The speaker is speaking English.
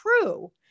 true